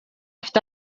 afite